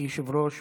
כיושב-ראש,